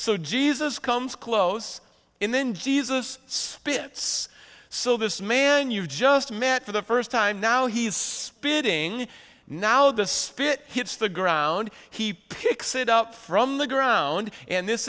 so jesus comes close and then jesus spits so this man you just met for the first time now he's spinning now the spirit hits the ground he picks it up from the ground and this